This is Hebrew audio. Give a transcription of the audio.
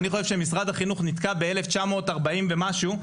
ואני חושב שמשרד החינוך נתקע ב-1940 ומשהו,